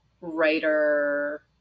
writer